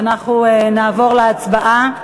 ואנחנו נעבור להצבעה.